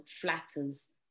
flatters